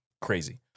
crazy